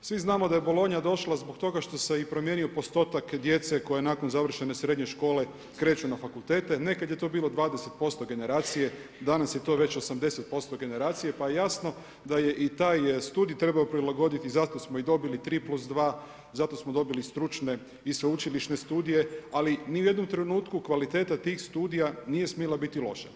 Svi znamo da je Bologna došla zbog toga što se i promijenio postotak djece koja nakon završene srednje škole kreću na fakultete, nekad je to bilo 20% generacije, danas je to već 80% generacije, pa jasno da je i taj studij trebao prilagoditi, za to smo i dobili 3+2, zato smo dobili stručne i sveučilišne studije ali ni u jednom trenutku kvaliteta tih studija nije smjela biti loša.